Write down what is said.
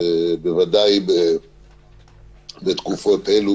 בוודאי בתקופות אלה,